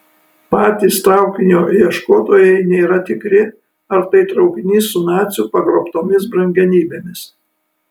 patys traukinio ieškotojai nėra tikri ar tai traukinys su nacių pagrobtomis brangenybėmis